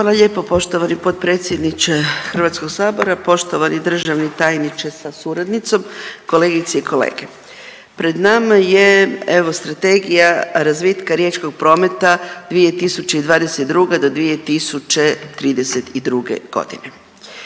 Hvala lijepo poštovani potpredsjedniče Hrvatskog sabora, poštovani državni tajniče sa suradnicom, kolegice i kolege. Pred nama je evo Strategija razvitka riječkog prometa 2022. do 2032. godine.